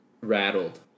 rattled